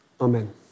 Amen